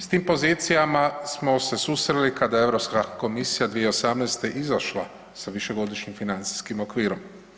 S tim pozicijama smo se susreli kada je Europska komisija 2018. izašla sa višegodišnjim financijskim okvirom.